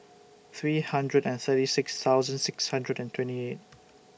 three hundred and thirty six thousand six hundred and twenty eight